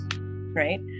right